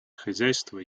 хозяйство